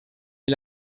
est